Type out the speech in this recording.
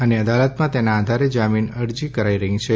અને અદાલતમાં તેના આધારે જામીન અરજી કરાઈ રહી છે